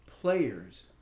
players